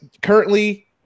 currently